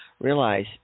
Realize